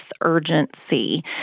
urgency